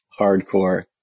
hardcore